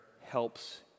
helps